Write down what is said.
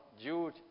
Jude